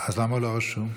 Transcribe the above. למה לא רשום?